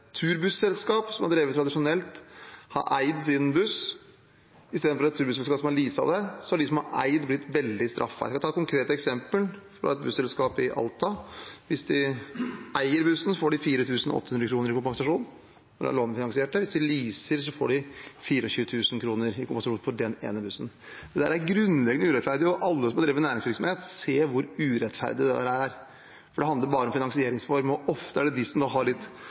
turbusselskap som har drevet tradisjonelt og har eid sin buss, sammenlignet med et turbusselskap som isteden har leaset, er blitt straffet. Jeg kan ta et konkret eksempel fra et busselskap i Alta. Hvis de eier bussen, får de 4 800 kr i kompensasjon når den er lånefinansiert. Hvis de leaser, får de 24 000 kr i kompensasjon for den ene bussen. Dette er grunnleggende urettferdig, og alle som har drevet næringsvirksomhet, ser hvor urettferdig dette er, for det handler bare om finansieringsform, og ofte er det de som har litt